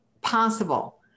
possible